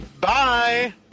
Bye